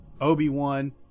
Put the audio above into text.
Obi-Wan